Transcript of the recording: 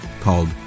called